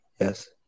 yes